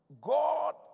God